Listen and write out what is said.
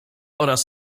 oraz